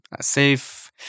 safe